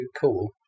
cool